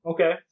Okay